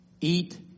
Eat